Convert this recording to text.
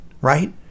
right